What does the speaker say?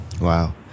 Wow